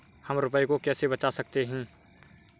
हम रुपये को कैसे बचा सकते हैं?